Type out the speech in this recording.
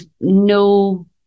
no